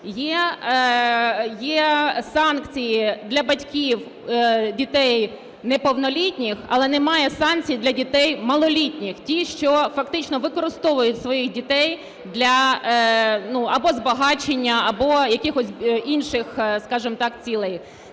є санкції для батьків дітей неповнолітніх, але немає санкцій для дітей малолітніх, ті, що фактично використовують своїх дітей для або збагачення, або якихось інших, скажімо так, цілей.